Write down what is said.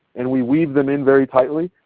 and we weave them in very tightly.